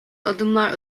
adımlar